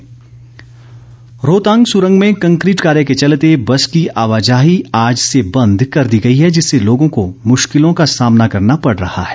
मांग रोहतांग सुरंग में कंकरीट कार्य के चलते बस की आवाजाही आज से बंद कर दी गई है जिससे लोगों को मुश्किलों का सामना करना पड़ रहा है